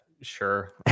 Sure